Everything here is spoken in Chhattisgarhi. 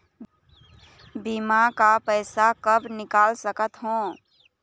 बीमा का पैसा कब निकाल सकत हो?